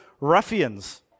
ruffians